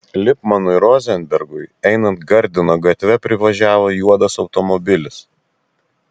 lipmanui rozenbergui einant gardino gatve privažiavo juodas automobilis